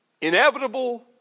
Inevitable